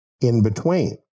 in-between